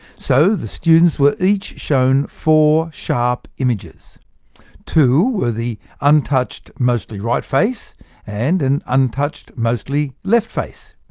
so the students were each shown four sharp images two were the untouched mostly right face and an untouched mostly left face.